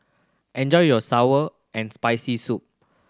enjoy your sour and Spicy Soup